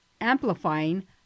amplifying